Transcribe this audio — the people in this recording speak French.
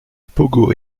pogo